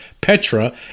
Petra